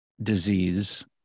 disease